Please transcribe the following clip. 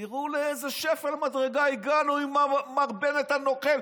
תראו לאיזה שפל המדרגה הגענו עם מר בנט הנוכל,